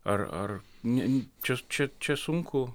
ar ar ne čia čia čia sunku